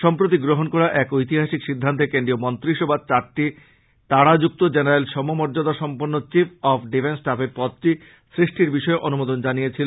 সম্প্রতি গ্রহণ করা এক ঐতিহাসিক সিদ্ধান্তে কেন্দ্রীয় মন্ত্রীসভা চারটি তারা যুক্ত জেনারেল সমমর্যাদা সম্পন্ন চিফ অব ডিফেন্স ষ্টাফের পদটি সৃষ্টির বিষয়ে অনুমোদন জানিয়েছিল